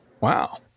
Wow